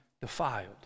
defiled